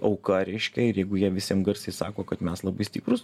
auka reiškia ir jeigu jie visiem garsiai sako kad mes labai stiprūs